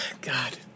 God